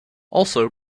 also